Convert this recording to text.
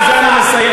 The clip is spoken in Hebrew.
ובזה אני מסיים,